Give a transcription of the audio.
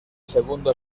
segundo